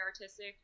artistic